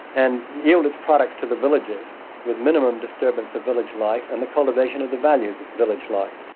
and yield its products to the villages with minimum disturbance of village life and the cultivation of the values of village life.